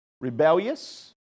Rebellious